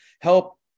help